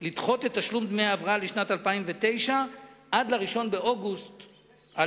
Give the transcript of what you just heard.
לדחות את תשלום דמי ההבראה לשנת 2009 עד ל-1 באוגוסט 2009,